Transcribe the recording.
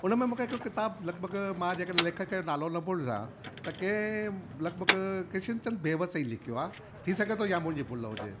हुनमें मूंखे हिकु किताबु लॻभॻि मां जेके लेखक जो नालो न भुल जां त के लॻभॻि किशन चंद बेवसाई लिखियो आहे थी सघे थो इहा मुंहिजी भुल हुजे